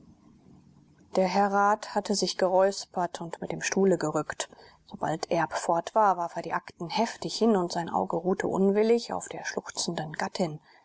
der herr rat hatte sich geräuspert und mit dem stuhle gerückt sobald erb fort war warf er die akten heftig hin und sein auge ruhte unwillig auf der schluchzenden gattin